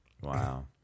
Wow